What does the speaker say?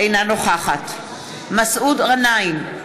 אינה נוכחת מסעוד גנאים,